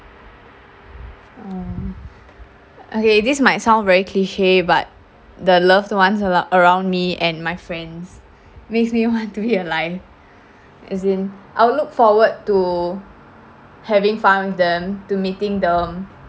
um okay this might sound very cliche but the loved ones ar~ around me and my friends makes me want to be alive as in I'll look forward to having fun with them to meeting them and like doing things with them